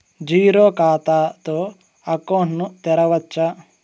Zero ఖాతా తో account ను తెరవచ్చా?